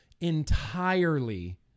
entirely